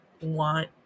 want